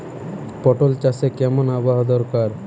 পটল চাষে কেমন আবহাওয়া দরকার?